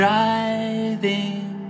Driving